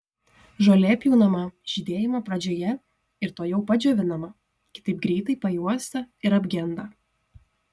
žolė pjaunama žydėjimo pradžioje ir tuojau pat džiovinama kitaip greitai pajuosta ir apgenda